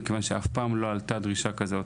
מכיוון שאף פעם לא עלתה דרישה כזאת,